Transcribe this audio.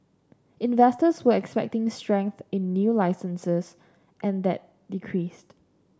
investors were expecting strength in new licences and that decreased